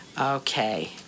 Okay